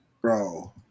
Bro